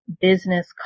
business